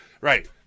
Right